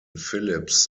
phillips